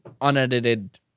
unedited